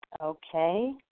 Okay